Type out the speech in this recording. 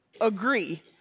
agree